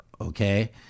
okay